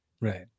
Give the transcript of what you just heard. Right